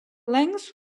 length